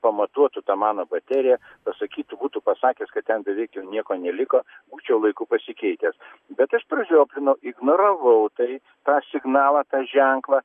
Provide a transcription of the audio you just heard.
pamatuotų tą mano bateriją pasakytų būtų pasakęs kad ten beveik jau nieko neliko būčiau laiku pasikeitęs bet aš pražioplinau ignoravau tai tą signalą tą ženklą